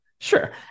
Sure